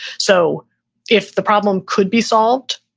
so if the problem could be solved,